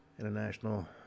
International